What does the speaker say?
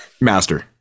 master